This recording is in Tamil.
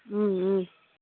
ம் ம்